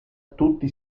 tutti